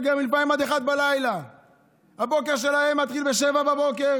ולפעמים גם עד 01:00. הבוקר שלהם מתחיל ב-07:00,